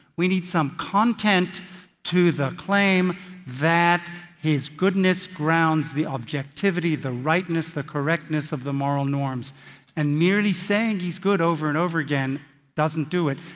we need some content to the claim that his goodness grounds the objectivity, the rightness, the correctness of the moral norms and merely saying he is good over and over again doesn't do it.